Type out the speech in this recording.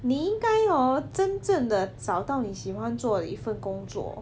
你应该 hor 真正的找到你喜欢做的一份工作